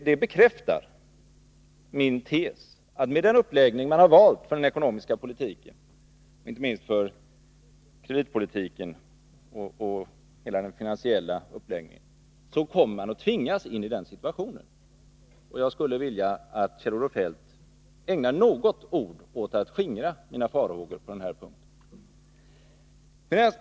Det bekräftar min tes, att med den uppläggning man har valt på den ekonomiska politiken, inte minst för kreditpolitiken, och hela den finansiella uppläggningen, kommer man att tvingas in i den situationen. Jag skulle vilja att Kjell-Olof Feldt ägnade något ord åt att skingra mina farhågor på den här punkten.